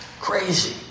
Crazy